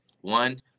one